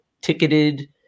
ticketed